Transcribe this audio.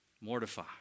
mortify